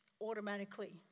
automatically